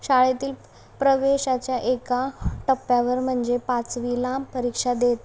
शाळेतील प्रवेशाच्या एका टप्प्यावर म्हणजे पाचवीला परीक्षा देत